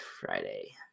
Friday